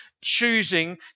choosing